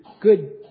good